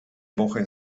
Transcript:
woche